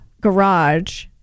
garage